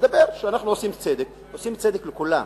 שאנחנו עושים צדק לכולם,